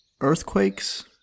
Earthquakes